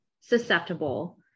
susceptible